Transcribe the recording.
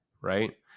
Right